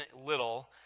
little